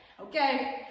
Okay